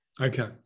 Okay